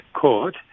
court